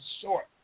short